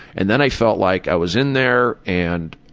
and then i felt like i was in there and